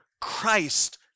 Christ